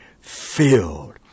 filled